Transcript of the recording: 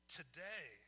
today